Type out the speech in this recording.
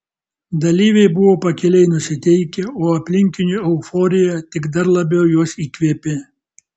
dalyviai buvo pakiliai nusiteikę o aplinkinių euforija tik dar labiau juos įkvėpė